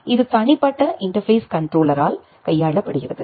இது தனிப்பட்ட இன்டர்பேஸ் கண்ட்ரோலரால் கையாளப்படுகிறது